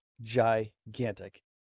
gigantic